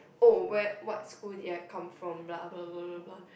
oh where what school did I come from blah blah blah blah blah blah